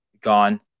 gone